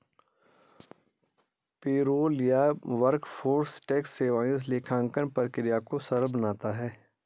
payroll या workforce tax सेवाएं लेखांकन प्रक्रिया को सरल बनाता है